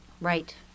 Right